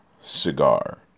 cigar